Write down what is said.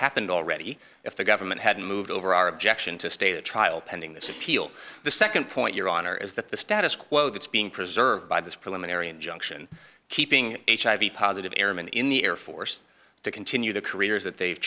happened already if the government had moved over our objection to stay the trial pending this appeal the nd point your honor is that the status quo that's being preserved by this preliminary injunction keeping hiv positive airman in the air force to continue the careers that they've